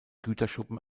güterschuppen